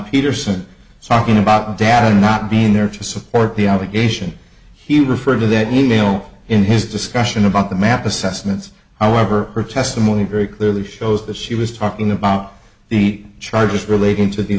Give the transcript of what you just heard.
peterson was talking about data not being there to support the allegation he referred to that email in his discussion about the map assessments however her testimony very clearly shows that she was talking about the charges relating to the